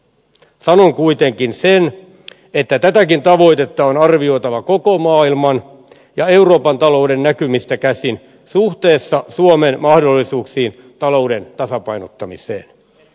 sanon kuitenkin sen että tätäkin tavoitetta on arvioitava koko maailman ja euroopan talouden näkymistä käsin suhteessa suomen mahdollisuuksiin talouden tasapainottamiseen